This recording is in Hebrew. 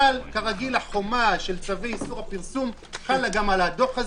אבל כרגיל החומה של צווי איסור הפרסום חלה גם עליו.